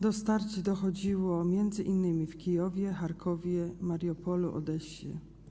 Do starć dochodziło m.in. w Kijowie, Charkowie, Mariupolu, Odessie.